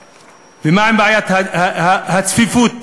ומה עם בעיית הצפיפות בחדרים,